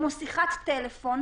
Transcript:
כמו שיחת טלפון.